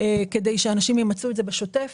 כדי שאנשים ימצו את זה בשוטף.